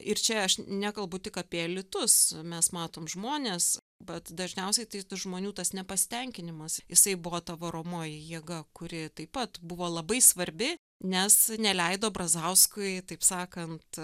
ir čia aš nekalbu tik apie litus mes matom žmones bet dažniausiai tai tų žmonių tas nepasitenkinimas jisai buvo ta varomoji jėga kuri taip pat buvo labai svarbi nes neleido brazauskui taip sakant